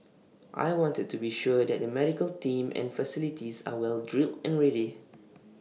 I wanted to be sure that the medical team and facilities are well drilled and ready